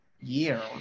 year